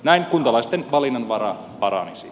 näin kuntalaisten valinnanvara paranisi